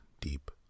deep